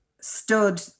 stood